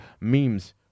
memes